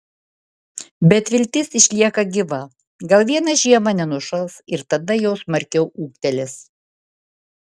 bet viltis išlieka gyva gal vieną žiemą nenušals ir tada jau smarkiau ūgtelės